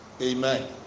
Amen